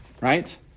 right